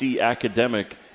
academic